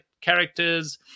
characters